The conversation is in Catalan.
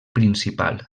principal